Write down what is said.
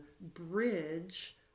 bridge